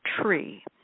tree